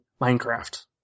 Minecraft